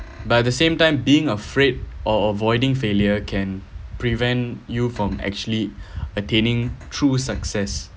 but at the same time being afraid or avoiding failure can prevent you from actually attaining through success